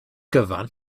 gyfan